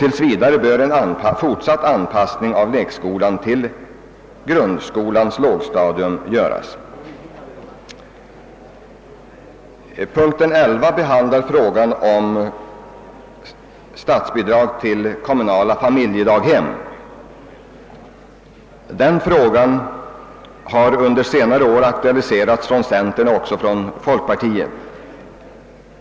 Tills vidare bör en fortsatt anpassning av lekskolan till grundskolans lågstadium eftersträvas i vårt land. Punkten 11 behandlar frågan om statsbidrag till kommunala familjedaghem. Den frågan har under senare år aktualiserats från centern och även från folkpartiet.